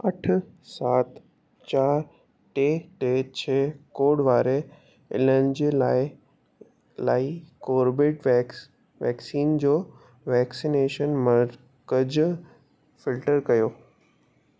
अठ सात चार टे टे छह कोड वारे इलन जे लाइ लाइ कोर्बीवैक्स वैक्सीन जो वैक्सीनेशन मर्कज़ु फिल्टर कयो